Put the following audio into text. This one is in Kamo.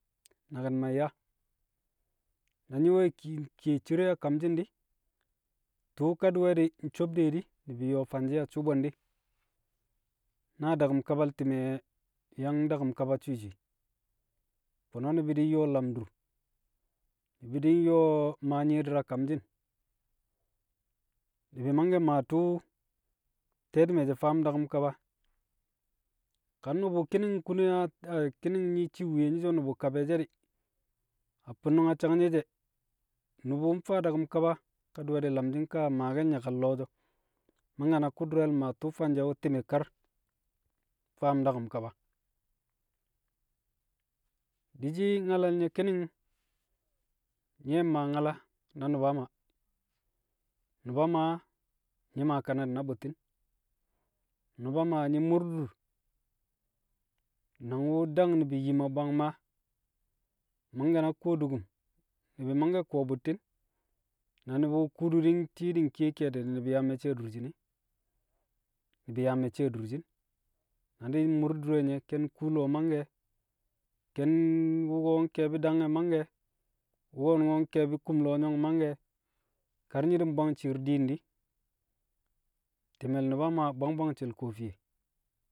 Nakin man ya. Nayi we kimke cire a kamjin di. Tṵṵ kad we di cobde di nubi yo fana cṵṵ bwandi, na dakum ka bal time yang dakam kaba cwi cwi. Fono nubi nyo lam dṵr, nubi ding yo ma nyidir a kamjin, mubi mange ma tṵṵ tetume faam dakum kaba, kar nubu kinin kune a kinin yi ci wuye nyi co nubu kab ē je di a funnun a cnaye je nubu fa dakum kaba kadi we di lamji ka nyakal lo̱ ji. Mange kudrel ma tṵṵ fanje wu time kar faa̱m dakum kaba. Dishi nyalalle nye kinin nye ma nyala na nuba mah muba mah nyi ma kanadi na bṵtti̱n, nuba mah nyi murdur nang wu dang nubu yim a bang ma, mange na ko dukum nubi mango ko buttin, na nubu kudu din ti din ke kedi nubi ya mecce a durjin ē, nubi ya mecce a durjin na nyin mur durre nye ken kṵṵ le mange, ken wugo kebi dangye mange, wugo kebi kṵṵm loyong mange kar nyin bwang ci̱i̱r di̱i̱n di, timel nuba ma bwang bwang cel ko fiye.